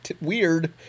weird